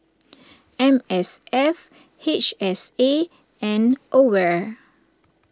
M S F H S A and Aware